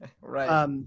right